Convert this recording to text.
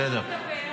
זה בסדר.